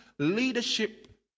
Leadership